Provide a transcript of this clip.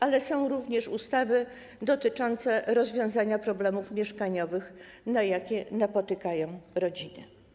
Ale są tam również ustawy dotyczące rozwiązania problemów mieszkaniowych, jakie napotykają rodziny.